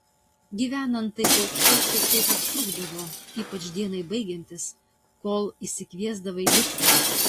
gyvenant taip aukštai šiek tiek užtrukdavo ypač dienai baigiantis kol išsikviesdavai liftą